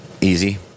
Easy